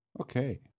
Okay